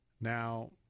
Now